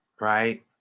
right